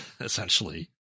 Essentially